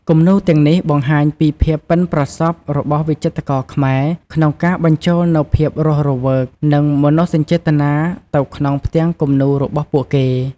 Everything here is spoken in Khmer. គំនូរទាំងនេះបង្ហាញពីភាពប៉ិនប្រសប់របស់វិចិត្រករខ្មែរក្នុងការបញ្ចូលនូវភាពរស់រវើក និងមនោសញ្ចេតនាទៅក្នុងផ្ទាំងគំនូររបស់ពួកគេ។